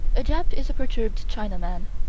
a jap is a perturbed chinaman,